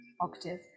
octave